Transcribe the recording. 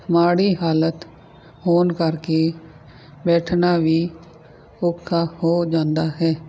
ਮਾੜੀ ਹਾਲਤ ਹੋਣ ਕਰਕੇ ਬੈਠਣਾ ਵੀ ਔਖਾ ਹੋ ਜਾਂਦਾ ਹੈ